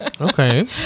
Okay